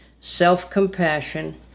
self-compassion